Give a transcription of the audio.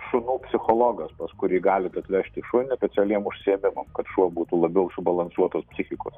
šunų psichologas pas kurį galit atvežti šunį specialiem užsiėmimam kad šuo būtų labiau subalansuotos psichikos